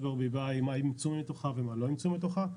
ברביבאי מה אימתו מתוכה ומה לא אימצו מתוכה,